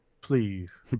Please